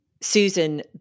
Susan